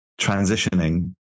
Transitioning